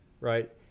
right